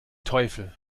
teufel